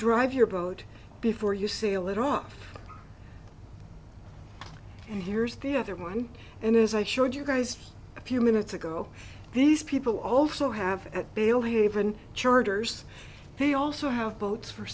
drive your boat before you see a little off and here's the other one and as i showed you guys a few minutes ago these people also have at belhaven charters they also have boats for